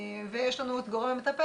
ויש לנו את הגורם המטפל.